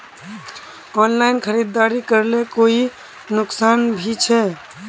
Online खरीदारी करले कोई नुकसान भी छे?